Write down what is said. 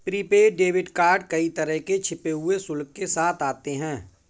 prepaid debit card कई तरह के छिपे हुए शुल्क के साथ आते हैं